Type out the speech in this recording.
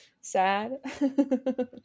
Sad